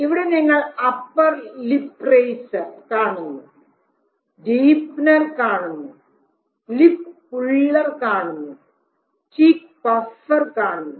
ഇവിടെ നിങ്ങൾ upper lip raiser കാണുന്നു ഡീപ്പ്നർ കാണുന്നു ലിപ്പ് പുള്ളർ കാണുന്നു ചീക്ക് പഫർ കാണുന്നു